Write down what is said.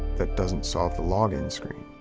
that doesn't solve the login screen.